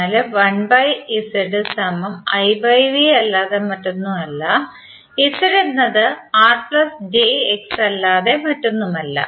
എന്നാൽ അല്ലാതെ മറ്റൊന്നുമല്ല Z എന്നത് അല്ലാതെ മറ്റൊന്നുമല്ല